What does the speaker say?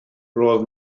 roedd